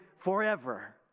forever